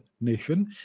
nation